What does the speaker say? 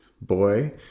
boy